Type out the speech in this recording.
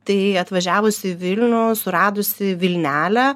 tai atvažiavusi į vilnių suradusi vilnelę